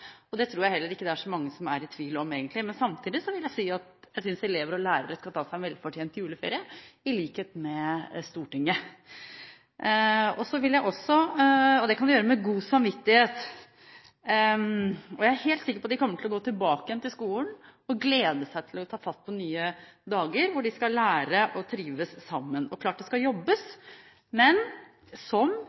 skole. Det tror jeg heller ikke det er så mange som er i tvil om egentlig, men samtidig vil jeg si at jeg synes elever og lærere skal ta seg en velfortjent juleferie, i likhet med Stortinget. Det kan de gjøre med god samvittighet. Jeg er helt sikker på at de kommer til å gå tilbake igjen til skolen og glede seg til å ta fatt på nye dager, hvor de skal lære og trives sammen. Det er klart det skal jobbes, men som